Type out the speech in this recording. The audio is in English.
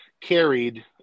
carried